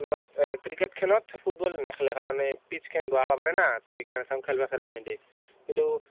cricket খেলত football নেখেলে কাৰণে পিটছখন বেয়া হ'ব পাৰে না তো সেইকাৰণে তাত খেলবা চেলবা নিদিয়ে কিন্তু